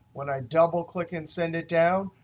when i double click and send it down,